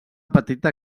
petita